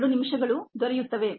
2 ನಿಮಿಷಗಳು ದೊರೆಯುತ್ತವೆ